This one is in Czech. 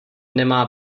nemá